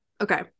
Okay